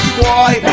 boy